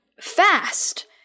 fast